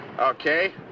Okay